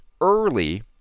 early